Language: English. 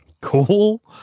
Cool